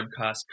podcast